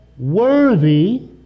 Worthy